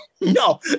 No